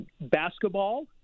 basketball